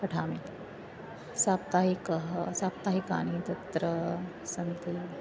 पठामि साप्ताहिकाः साप्ताहिकाः तत्र सन्ति